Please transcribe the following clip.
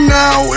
now